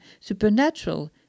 supernatural